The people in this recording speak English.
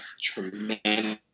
tremendous